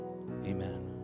amen